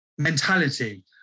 mentality